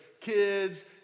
kids